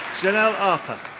jeanelle arpa.